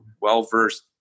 well-versed